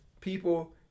people